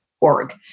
org